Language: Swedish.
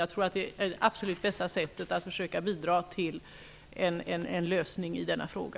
Jag tror att det är det absolut bästa sättet att försöka bidra till en lösning i denna fråga.